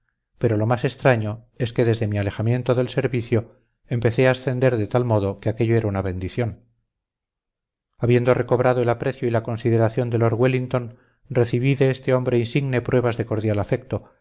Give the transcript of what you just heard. pero lo más extraño es que desde mi alejamiento del servicio empecé a ascender de tal modo que aquello era una bendición habiendo recobrado el aprecio y la consideración de lord wellington recibí de este hombre insigne pruebas de cordial afecto